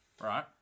right